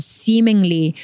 seemingly